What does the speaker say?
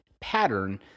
pattern